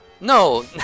No